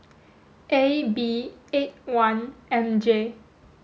A B eight one M J